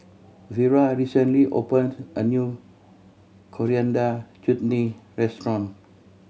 Vera recently opened a new Coriander Chutney restaurant